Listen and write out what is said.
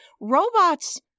robots